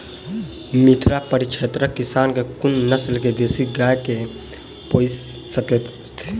मिथिला परिक्षेत्रक किसान केँ कुन नस्ल केँ देसी गाय केँ पोइस सकैत छैथि?